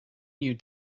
new